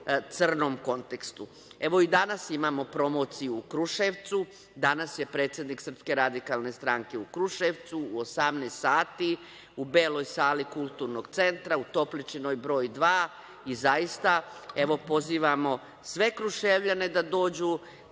crnom kontekstu. Evo, i danas imamo promociju u Kruševcu. Danas je predsednik SRS u Kruševcu u 18 sati, u beloj sali Kulturnog centra, u Topličinoj broj 2, i zaista pozivamo sve Kruševljane da dođu